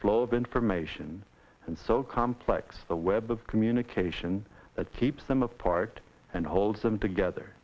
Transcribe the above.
flow of information and so complex a web of communication that keeps them part and holds them together